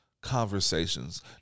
conversations